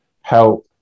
help